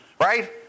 Right